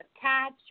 Catch